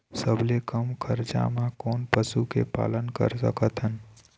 सबले कम खरचा मा कोन पशु के पालन कर सकथन?